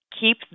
keep